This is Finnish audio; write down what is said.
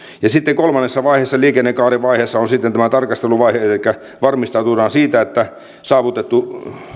sitten kolmannessa liikennekaaren vaiheessa on tämä tarkasteluvaihe elikkä varmistutaan siitä että